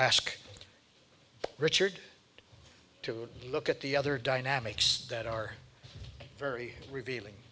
ask richard to look at the other dynamics that are very revealing